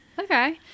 okay